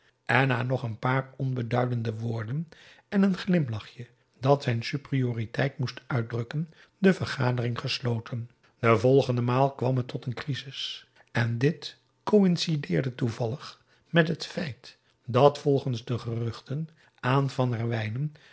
en na nog een paar onbeduidende woorden en een glimlachje dat zijn superioriteit moest uitdrukken de vergadering gesloten de volgende maal kwam het tot een crisis en dit coïncideerde toevallig met het feit dat volgens geruchten